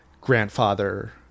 grandfather